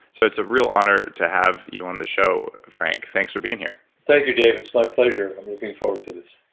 so it's a real honor to have you on the show, frank thanks for being here thank you, dave. it's my pleasure. i'm looking forward to this